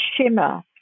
shimmer